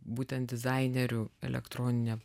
būtent dizainerių elektroninę